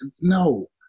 no